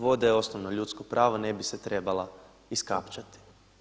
Voda je osnovno ljudsko pravo ne bi se trebala iskapčati.